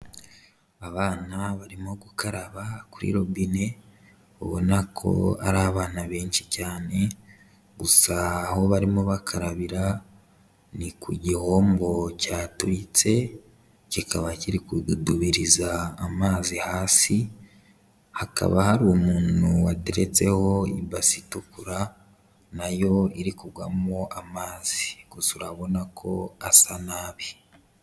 Abana barimo gukaraba kuri robine, ubona ko ari abana benshi cyane gusa aho barimo bakarabira ni ku gihombo cyaturitse kikaba kiri kududubiriza amazi hasi, hakaba hari umuntu wateretseho ibasi itukura na yo iri kugwamo amazi, gusa urabona ko asa nabi.